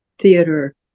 Theater